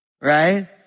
Right